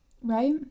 Right